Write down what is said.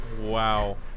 Wow